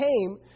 came